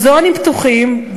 מוזיאונים פתוחים,